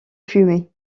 fumer